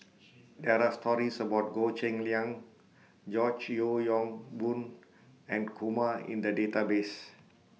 There Are stories about Goh Cheng Liang George Yeo Yong Boon and Kumar in The Database